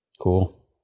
Cool